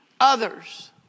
others